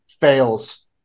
fails